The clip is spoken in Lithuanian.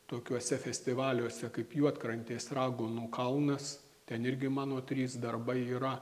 tokiuose festivaliuose kaip juodkrantės raganų kalnas ten irgi mano trys darbai yra